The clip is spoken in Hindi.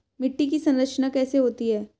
मिट्टी की संरचना कैसे होती है?